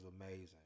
amazing